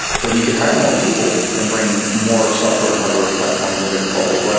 but you could hire more people and bring more software and hardware platforms into the fold. like